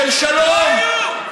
של שלום,